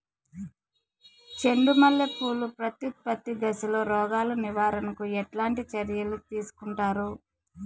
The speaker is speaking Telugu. చెండు మల్లె పూలు ప్రత్యుత్పత్తి దశలో రోగాలు నివారణకు ఎట్లాంటి చర్యలు తీసుకుంటారు?